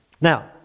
Now